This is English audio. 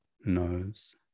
nose